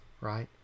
right